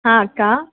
ಹಾಂ ಅಕ್ಕ